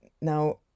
Now